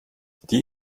die